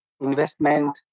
investment